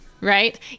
right